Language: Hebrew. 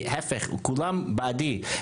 וההפך כולם בעדי,